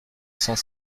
cent